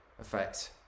effect